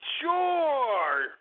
Sure